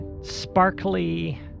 sparkly